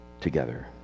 together